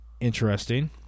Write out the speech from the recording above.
Interesting